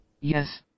Yes